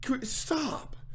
stop